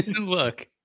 Look